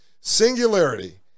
Singularity